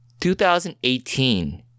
2018